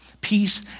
peace